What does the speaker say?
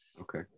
Okay